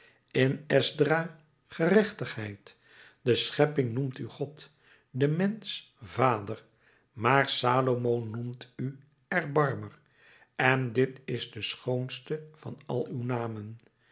in esdra gerechtigheid de schepping noemt u god de mensch vader maar salomo noemt u erbarmer en dit is de schoonste van al uw namen